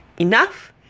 enough